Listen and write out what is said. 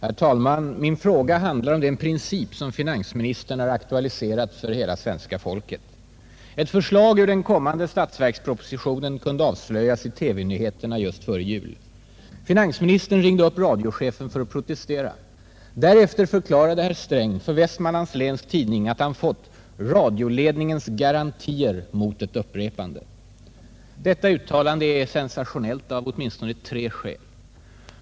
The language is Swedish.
Herr talman! Min fråga handlar om den princip som finansministern har aktualiserat för hela svenska folket. Ett förslag ur den kommande statsverkspropositionen kunde avslöjas i TV-nyheterna just före jul. Finansministern ringde upp radiochefen för att protestera. Därefter förklarade herr Sträng för Vestmanlands Läns Tidning att han fått ”radioledningens garantier mot ett upprepande”. Detta uttalande är sensationellt av åtminstone tre skäl.